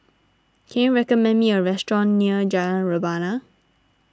can you recommend me a restaurant near Jalan Rebana